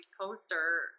poster